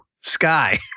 sky